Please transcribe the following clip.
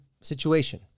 situation